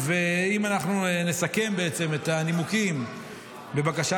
אם אנחנו נסכם את הנימוקים בבקשה,